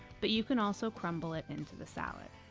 but you can also crumble it into the salad.